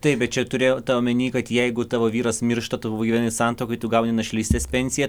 tai bet čia turėjo tą omenyje kad jeigu tavo vyras miršta tu gyveni santuokoje tu gauni našlystės pensiją